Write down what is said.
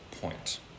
point